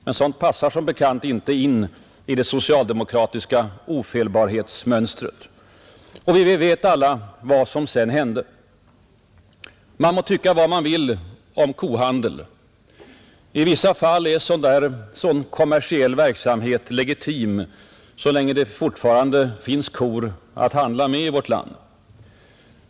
Men sådant passar som bekant inte in i det socialdemokratiska ofelbarhetsmönstret. Vi vet alla vad som sedan hände, Man må tycka vad man vill om kohandel. I vissa fall är sådan kommersiell verksamhet legitim. Så länge det fortfarande finns kor att handla med i vårt land.